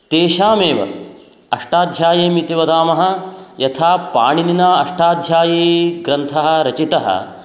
तेषामेव अष्टाध्यायी इति वदामः यथा पाणिनिना अष्टाध्यायीग्रन्थः रचितः